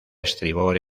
estribor